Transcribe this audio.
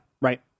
right